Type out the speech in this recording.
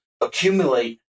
accumulate